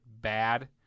bad